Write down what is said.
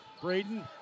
Braden